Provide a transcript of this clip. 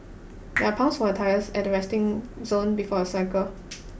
there are pumps for your tyres at the resting zone before you cycle